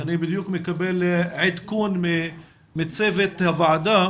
יכול להיות שצריך להתבייש בעמדות הללו.